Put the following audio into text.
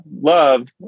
love